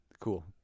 cool